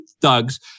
thugs